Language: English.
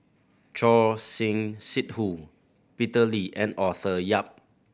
Choor Singh Sidhu Peter Lee and Arthur Yap